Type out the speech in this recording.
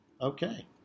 Okay